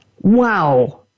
Wow